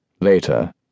later